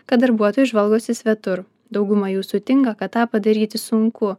kad darbuotojų žvalgosi svetur dauguma jų sutinka kad tą padaryti sunku